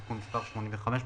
תיקון מס' 85),